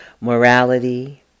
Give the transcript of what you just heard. morality